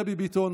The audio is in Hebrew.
דבי ביטון,